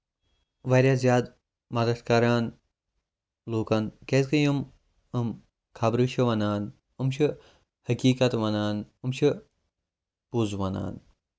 واریاہ زیادٕ مدتھ کران لوٗکن کیٛازِ کہِ یِم یِم خبرٕ چھِ وَنان یِم چھِ حٔقیٖقت وَنان یِم چھِ پوٚز وَنان